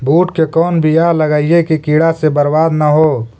बुंट के कौन बियाह लगइयै कि कीड़ा से बरबाद न हो?